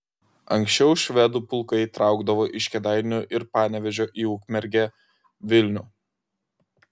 anksčiau švedų pulkai traukdavo iš kėdainių ir panevėžio į ukmergę vilnių